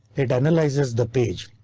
it analyzes the page.